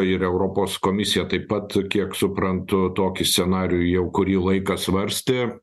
ir europos komisija taip pat kiek suprantu tokį scenarijų jau kurį laiką svarstė